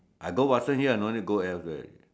I go Watsons here I don't need go elsewhere already